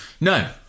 No